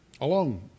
alone